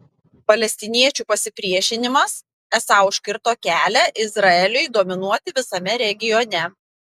palestiniečių pasipriešinimas esą užkirto kelią izraeliui dominuoti visame regione